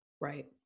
Right